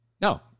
No